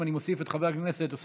הוראת שעה) (נגיף הקורונה החדש) (עיכוב